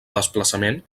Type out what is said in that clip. desplaçament